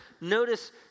Notice